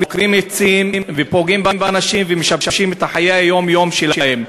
עוקרים עצים ופוגעים באנשים ומשבשים את חיי היום-יום שלהם.